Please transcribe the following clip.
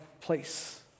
place